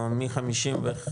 מ-56